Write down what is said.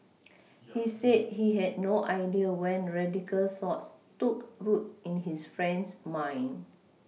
he said he had no idea when radical thoughts took root in his friend's mind